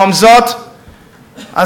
היושבת-ראש,